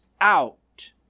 out